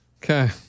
Okay